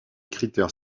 critères